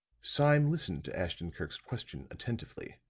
sime listened to ashton-kirk's question attentively.